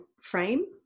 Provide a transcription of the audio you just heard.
frame